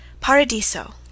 Paradiso